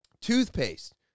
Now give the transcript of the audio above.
toothpaste